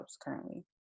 currently